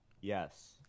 Yes